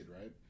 right